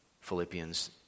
Philippians